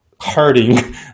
hurting